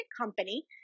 company